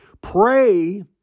Pray